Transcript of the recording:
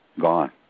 gone